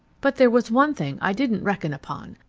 but there was one thing i didn't reckon upon.